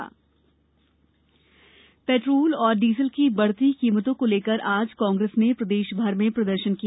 कांग्रेस प्रदर्शन पेट्रोल और डीजल की बढ़ती कीमतों को लेकर आज कांग्रेस ने प्रदेश भर में प्रदर्शन किया